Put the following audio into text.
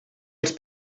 els